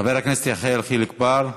חבר הכנסת יחיאל חיליק בר.